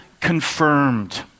confirmed